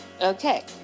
Okay